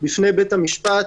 בפני בית המשפט,